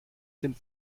dem